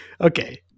Okay